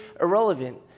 irrelevant